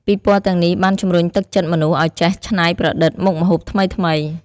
ពិព័រណ៍ទាំងនេះបានជំរុញទឹកចិត្តមនុស្សឲ្យចេះច្នៃប្រឌិតមុខម្ហូបថ្មីៗ។